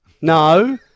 No